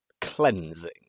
cleansing